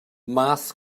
math